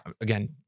again